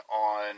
on